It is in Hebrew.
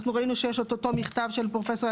אנחנו ראינו שיש אותו מכתב מ-2020,